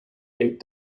eight